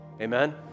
Amen